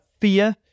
fear